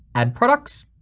add products.